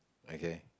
okay